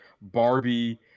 Barbie –